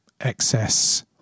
excess